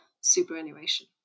superannuation